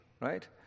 right